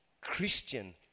Christian